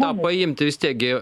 tą paimti vis tiek gi